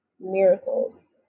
miracles